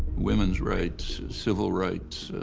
women's rights, civil rights,